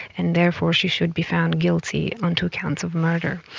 and therefore she should be found guilty on two counts of murder.